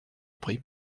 prie